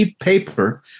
paper